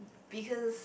because